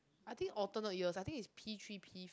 I think alternate years I think is P-three P